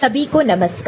सभी को नमस्कार